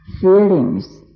feelings